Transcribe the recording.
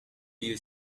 you